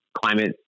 climate